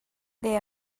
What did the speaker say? they